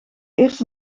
eerst